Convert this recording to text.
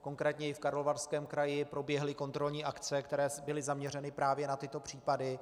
Konkrétně Karlovarském kraji proběhly kontrolní akce, které byly zaměřeny právě na tyto případy.